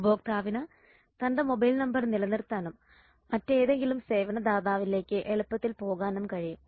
ഉപഭോക്താവിന് തന്റെ mobile number നിലനിർത്താനും മറ്റേതെങ്കിലും സേവന ദാതാവിലേക്ക് എളുപ്പത്തിൽ പോകാനും കഴിയും